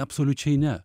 absoliučiai ne